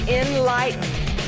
enlightened